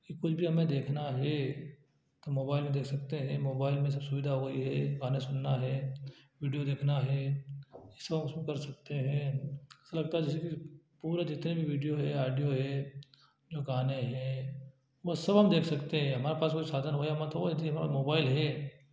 कि कुछ भी हमें देखना हे मोबाइल में देख सकते हैं मोबाइल में सब सुविधा हो गई है गाने सुनना है विडियो देखना है सोंग सुन कर सकते हैं पूरा जितने भी विडियो हैं आडियो हैं जो गाने हैं वो सब हम देख सकते हैं हमारे पास वो साधन हो या मत हो यदि हमारा मोबाइल है